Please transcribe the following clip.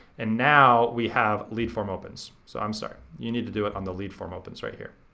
and now we have lead form opens. so i'm sorry, you need to do it on the lead form opens right here.